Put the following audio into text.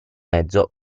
mezzo